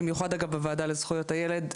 במיוחד בוועדה לזכויות הילד,